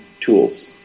tools